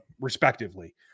respectively